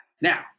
Now